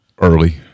Early